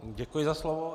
Děkuji za slovo.